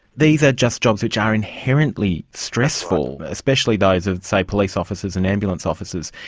these are just jobs which are inherently stressful, especially those of, say, police officers and ambulance officers.